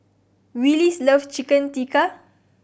Willis love Chicken Tikka